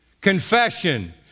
confession